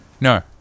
No